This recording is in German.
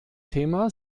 thema